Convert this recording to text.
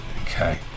Okay